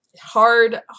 hard